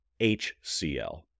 HCL